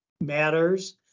matters